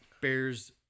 Bears